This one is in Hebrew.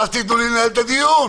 אז תיתנו לי לנהל את הדיון.